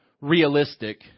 realistic